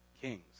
kings